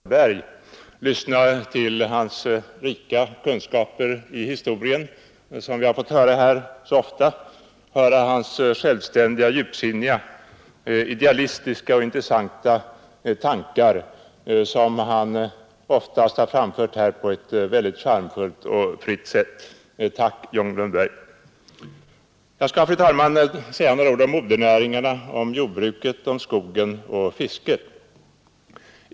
Fru talman! Jag skulle först vilja beklaga kammaren, som efter den 1 januari inte längre får lyssna till hedersmannen John Lundberg, till hans rika kunskaper i historia, som vi fått höra så ofta här, och till hans självständiga, djupsinniga, idealistiska och intressanta tankar, som han oftast framför på ett mycket charmfullt och fritt sätt. Tack, John Lundberg! Jag skall, fru talman, säga några ord om modernäringarna, om jordbruket, skogen och fisket.